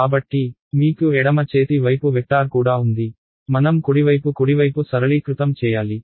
కాబట్టి మీకు ఎడమ చేతి వైపు వెక్టార్ కూడా ఉంది మనం కుడివైపు కుడివైపు సరళీకృతం చేయాలి